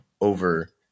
over